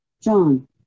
John